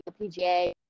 PGA